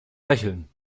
lächeln